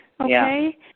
Okay